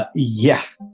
ah yeah.